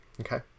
okay